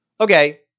Okay